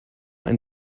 ein